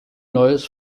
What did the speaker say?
neues